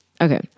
okay